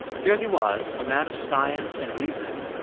here he was, a man of science and reason,